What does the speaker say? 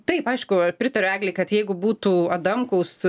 taip aišku pritariu eglei kad jeigu būtų adamkaus